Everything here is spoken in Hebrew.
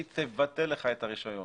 היא תבטל לך את הרישיון.